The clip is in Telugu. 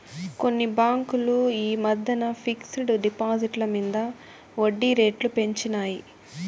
కొన్ని బాంకులు ఈ మద్దెన ఫిక్స్ డ్ డిపాజిట్ల మింద ఒడ్జీ రేట్లు పెంచినాయి